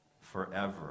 forever